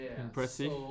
Impressive